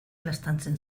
laztantzen